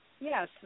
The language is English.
Yes